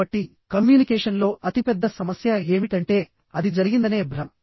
కాబట్టి కమ్యూనికేషన్లో అతిపెద్ద సమస్య ఏమిటంటే అది జరిగిందనే భ్రమ